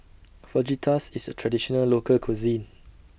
Fajitas IS A Traditional Local Cuisine